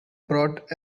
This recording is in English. bought